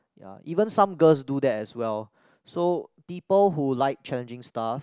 ya even some girls do that as well so people who like challenging stuff